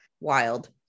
wild